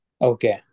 Okay